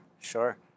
sure